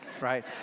right